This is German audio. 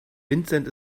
vincent